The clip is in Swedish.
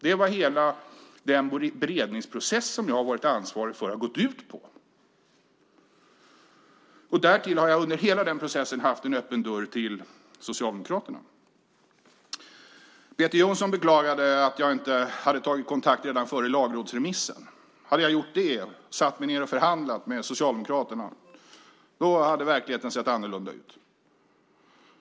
Det är vad hela den beredningsprocess som jag har varit ansvarig för har gått ut på. Därtill har jag under hela den processen haft en öppen dörr till Socialdemokraterna. Peter Jonsson beklagade att jag inte hade tagit kontakt redan före lagrådsremissen. Hade jag gjort det, satt mig ned och förhandlat med Socialdemokraterna, hade verkligheten sett annorlunda ut.